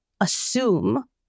assume